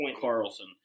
Carlson